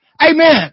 Amen